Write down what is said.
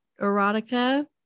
erotica